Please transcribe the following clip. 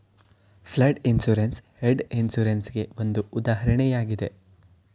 flood insurance hedge insurance ಗೆ ಒಂದು ಉದಾಹರಣೆಯಾಗಿದೆ